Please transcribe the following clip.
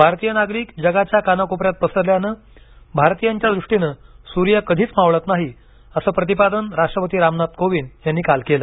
भारतीय नागरिक जगाच्या कानाकोपऱ्यात पसरल्यानं भारतीयांच्या दृष्टीनं सूर्य कधीच मावळत नाही असं प्रतिपादन राष्ट्रपती रामनाथ कोविंद यांनी काल केलं